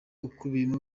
ukubiyemo